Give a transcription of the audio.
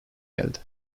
geldi